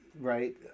right